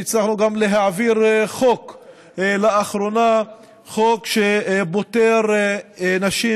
והצלחנו גם להעביר לאחרונה חוק שפוטר נשים